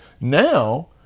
Now